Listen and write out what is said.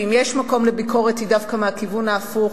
ואם יש מקום לביקורת היא דווקא מהכיוון ההפוך: